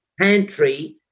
pantry